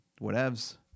Whatevs